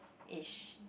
ish